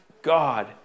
God